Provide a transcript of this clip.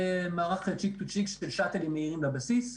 כמערך cheek to cheek של שאטלים מהירים אל הבסיס.